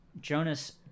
Jonas